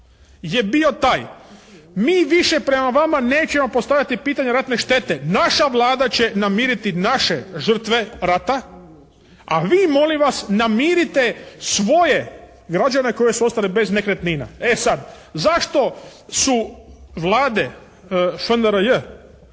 je bio taj, mi više prema vama nećemo postavljati pitanja ratne štete. Naša vlada će namiriti naše žrtve rata, a vi molim vas namirite svoje građane koji su ostali bez nekretnina. E sada zašto su vlade FNRJ